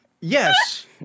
yes